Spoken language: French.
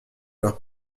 leurs